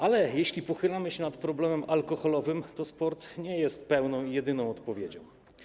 Ale jeśli pochylamy się nad problemem alkoholowym, to sport nie jest pełną i jedyną odpowiedzią.